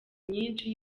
myinshi